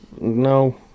No